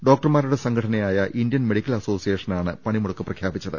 ഡോക്ടർമാ രുടെ സംഘടനയായ Indian medical അസോസിയേഷ നാണ് പണിമുടക്ക് പ്രഖ്യാപിച്ചത്